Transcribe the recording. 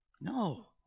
No